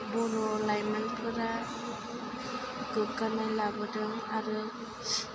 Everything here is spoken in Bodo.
बर' लाइमोनफोरा गोगगानाय लाबोदों आरो